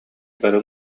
бары